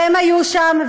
והם היו שם,